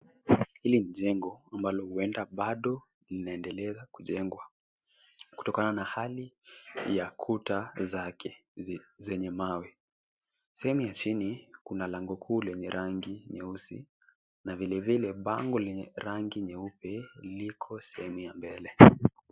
Hili ni jengo ambalo huenda bado linaendelea kujengwa kutokana na hali ya kuta zake zenye mawe. Sehemu ya chini kuna lango kuu lenye rangi nyeusi na vile vile bango lenye rangi nyeupe liko sehemu ya mbele.